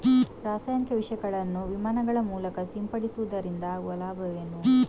ರಾಸಾಯನಿಕ ವಿಷಗಳನ್ನು ವಿಮಾನಗಳ ಮೂಲಕ ಸಿಂಪಡಿಸುವುದರಿಂದ ಆಗುವ ಲಾಭವೇನು?